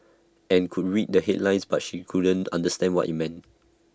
and could read the headlines but she couldn't understand what IT meant